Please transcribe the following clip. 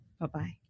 Bye-bye